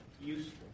Useful